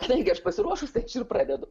taigi aš pasiruošusi ir pradedu